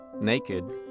naked